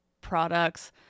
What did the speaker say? products